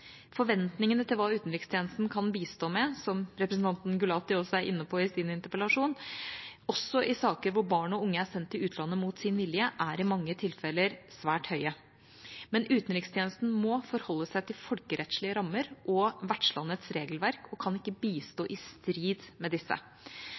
Forventningene til hva utenrikstjenesten kan bistå med, som representanten Gulati også er inne på i sin interpellasjon, også i saker hvor barn og unge er sendt til utlandet mot sin vilje, er i mange tilfeller svært høye. Men utenrikstjenesten må forholde seg til folkerettslige rammer og vertslandets regelverk og kan ikke bistå